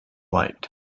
light